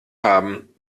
haben